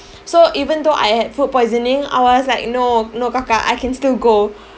so even though I had food poisoning I was like no no kakak I can still go